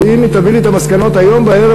ואם היא תביא לי את המסקנות היום בערב,